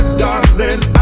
darling